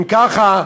אם ככה,